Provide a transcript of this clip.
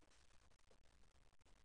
בבקשה.